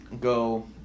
go